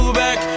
back